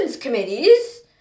committees